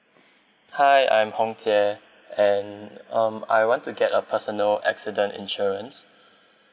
hi I'm hong jie and um I want to get a personal accident insurance